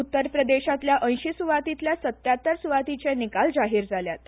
उत्तरप्रदेशातल्या ऐशी सुवातीतल्या सत्यात्तर सुवातीचे निकाल जाहीर जाल्यात